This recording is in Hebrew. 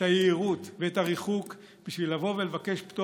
את היהירות ואת הריחוק לבוא ולבקש פטור